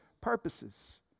purposes